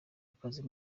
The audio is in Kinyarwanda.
akazi